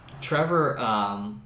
Trevor